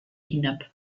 hinab